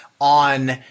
on